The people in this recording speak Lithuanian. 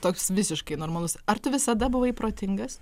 toks visiškai normalus ar tu visada buvai protingas